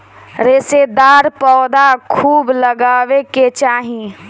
रेशेदार पौधा खूब लगावे के चाही